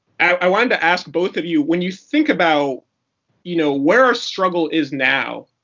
i wanted to ask both of you, when you think about you know where our struggle is now,